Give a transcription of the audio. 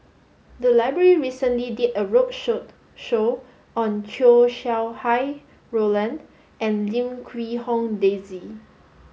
the library recently did a road show on Chow Sau Hai Roland and Lim Quee Hong Daisy